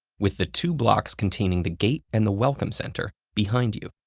with the two blocks containing the gate and the welcome center behind you.